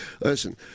Listen